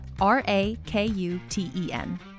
R-A-K-U-T-E-N